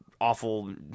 awful